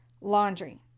laundry